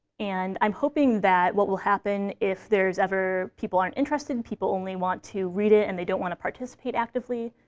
and i'm hoping that what will happen, if there's ever people aren't interested, and people only want to read it and they don't want to participate actively,